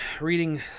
reading